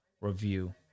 review